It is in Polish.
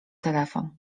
telefon